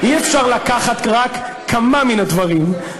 אגבאריה, אי-אפשר לקחת רק כמה מן הדברים.